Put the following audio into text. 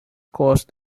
caused